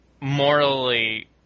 Morally